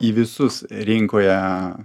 į visus rinkoje